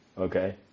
Okay